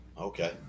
Okay